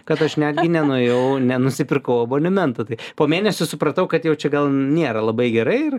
kad aš ne nenuėjau nenusipirkau abonemento tai po mėnesio supratau kad jau čia gal nėra labai gerai ir